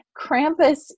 Krampus